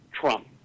Trump